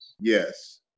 Yes